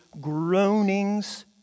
groanings